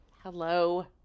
Hello